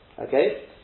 Okay